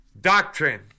Doctrine